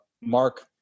Mark